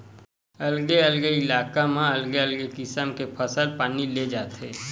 अलगे अलगे इलाका म अलगे अलगे किसम के फसल पानी ले जाथे